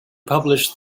published